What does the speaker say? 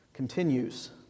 continues